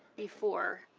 before.